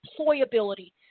employability